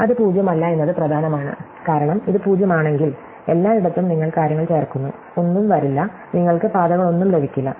അത് 0 അല്ല എന്നത് പ്രധാനമാണ് കാരണം ഇത് 0 ആണെങ്കിൽ എല്ലായിടത്തും നിങ്ങൾ കാര്യങ്ങൾ ചേർക്കുന്നു ഒന്നും വരില്ല നിങ്ങൾക്ക് പാതകളൊന്നും ലഭിക്കില്ല